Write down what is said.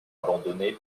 abandonné